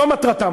זו מטרתם,